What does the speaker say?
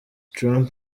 trump